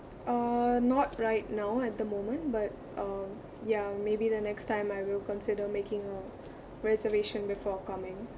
uh not right now at the moment but uh ya maybe the next time I will consider making a reservation before coming